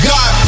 God